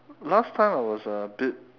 last time I was a bit